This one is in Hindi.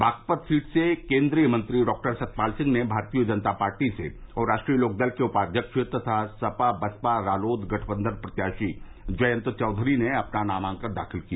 बागपत सीट से केन्द्रीय मंत्री डॉक्टर सतपाल सिंह ने भारतीय जनता पार्टी से और राष्ट्रीय लोक दल के उपाध्यक्ष तथा सपा बसपा रालोद गठबंधन प्रत्याशी जयंत चौधरी ने अपना नामांकन दाखिल किया